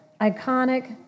iconic